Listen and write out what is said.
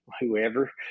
whoever